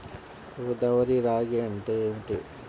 గోదావరి రాగి అంటే ఏమిటి?